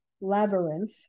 labyrinth